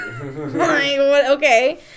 Okay